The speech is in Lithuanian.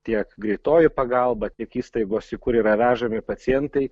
tiek greitoji pagalba tiek įstaigos į kur yra vežami pacientai